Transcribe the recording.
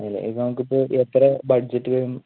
ആണല്ലേ ഇപ്പോൾ നമുക്ക് ഇപ്പോൾ എത്ര ബഡ്ജറ്റ് വരും